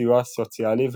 סיוע סוציאלי וחינוך,